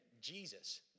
Jesus